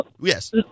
yes